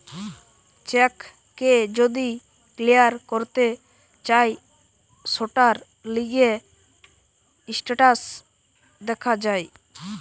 check কে যদি clear করতে চায় সৌটার লিগে স্টেটাস দেখা যায়